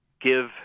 give